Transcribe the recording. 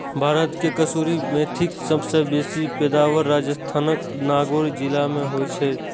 भारत मे कसूरी मेथीक सबसं बेसी पैदावार राजस्थानक नागौर जिला मे होइ छै